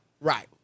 right